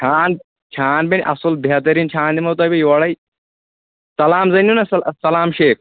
چھان چھان بنہِ اصل بہتریٖن چھان دِمَن بہٕ تۄہہِ یورے سلام زٲنۍ ہیوٚن نا سلام شیخ